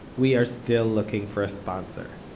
we are still looking for a sponsor.